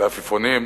ועפיפונים,